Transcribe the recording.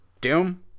doom